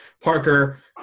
Parker